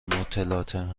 متلاطم